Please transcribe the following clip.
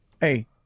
hey